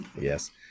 Yes